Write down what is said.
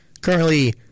Currently